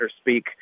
speak